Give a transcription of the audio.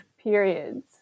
periods